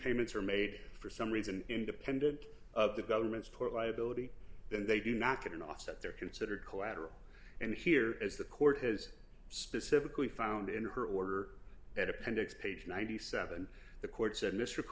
payments are made for some reason independent of the government support liability then they do not get an offset they're considered collateral and here is the court has specifically found in her order at appendix page ninety seven the court said mr